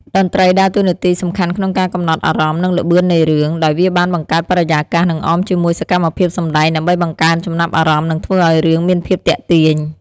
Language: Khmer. តន្ត្រីដើរតួនាទីសំខាន់ក្នុងការកំណត់អារម្មណ៍ និងល្បឿននៃរឿង ដោយវាបានបង្កើតបរិយាកាស និងអមជាមួយសកម្មភាពសម្តែង ដើម្បីបង្កើនចំណាប់អារម្មណ៍ និងធ្វើឲ្យរឿងមានភាពទាក់ទាញ។